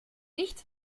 nicht